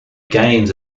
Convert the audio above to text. gains